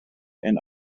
and